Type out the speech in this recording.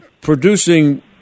producing